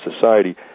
society